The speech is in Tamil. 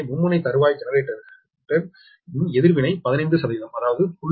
மும்முனை தறுவாய் ஜெனரேட்டர் ன் எதிர்வினை 15 அதாவது 0